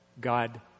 God